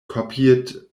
copied